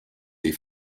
des